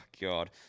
God